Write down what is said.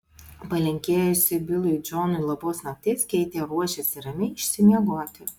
palinkėjusi bilui džonui labos nakties keitė ruošėsi ramiai išsimiegoti